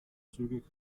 zügig